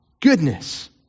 goodness